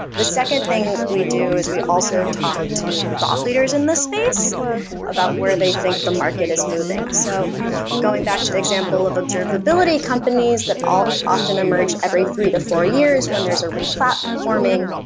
the second thing we do is we also talk to thought leaders in this space about where they think the market is moving. so going back to the example of observability companies that often emerge every three to four years when there's a re-platforming.